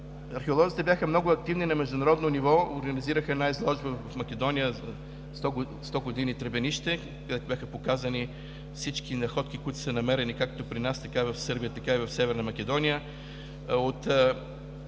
Археолозите бяха много активни на международно ниво. Организираха една изложба в Македония – „100 години Требенище“, където бяха показани всички находки, които са намерени както при нас, така и в Сърбия, така и в Северна Македония. От